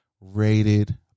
rated